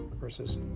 versus